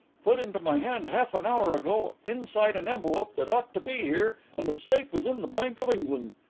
put into my hand half-an-hour ago inside an envelope that ought to be here and as safe as in the bank of england.